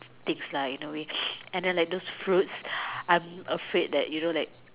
ticks lah in a way and then like those fruit I'm afraid that you know that